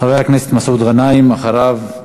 חבר הכנסת מסעוד גנאים, ואחריו,